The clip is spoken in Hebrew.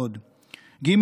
ג.